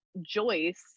Joyce